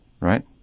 right